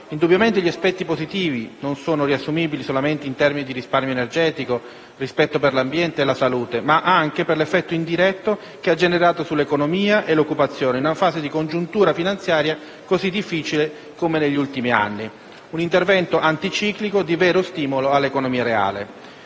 Indubbiamente, gli aspetti positivi non sono riassumibili solamente in termini di risparmio energetico, rispetto per l'ambiente e la salute, ma anche per l'effetto indiretto che ha generato sull'economia e l'occupazione, in una fase di congiuntura finanziaria così difficile come quella degli ultimi anni, con un intervento anticiclico di vero stimolo alla economia reale.